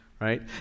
right